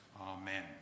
amen